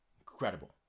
Incredible